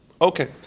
Okay